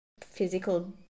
physical